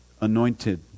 anointed